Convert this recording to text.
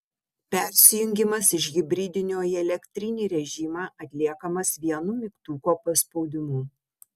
persijungimas iš hibridinio į elektrinį režimą atliekamas vienu mygtuko paspaudimu